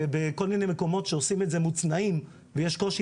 בכל מיני מקומות שעושים את זה מוצנעים ויש קושי